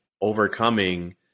overcoming